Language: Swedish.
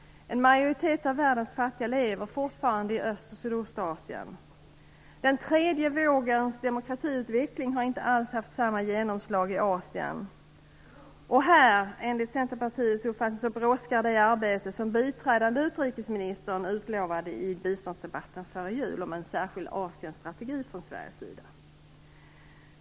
En majoritet av världens fattiga lever fortfarande i Öst och Sydostasien. Den "tredje vågens" demokratiutveckling har inte alls haft samma genomslag i Asien. Här brådskar enligt Centerpartiets uppfattning det arbete som biträdande utrikesministern utlovade i biståndsdebatten före jul om en särskild Asienstrategi från Sveriges sida.